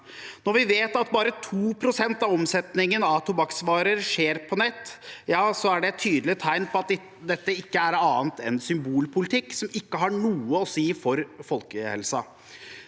Når vi vet at bare 2 pst. av omsetningen av tobakksvarer skjer på nett, er det et tydelig tegn på at dette ikke er annet enn symbolpolitikk, som ikke har noe å si for folkehelsen.